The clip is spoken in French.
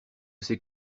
ces